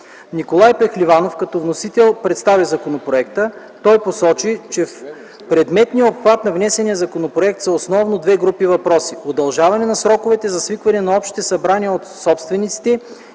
Николай Пехливанов като вносител представи законопроекта. Той посочи, че в предметния обхват на внесения законопроект са основно две групи въпроси – удължаване на сроковете за свикването на общите събрания от собствениците